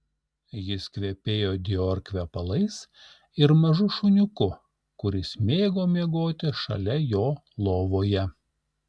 jis kvepėjo dior kvepalais ir mažu šuniuku kuris mėgo miegoti šalia jo lovoje